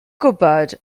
gwybod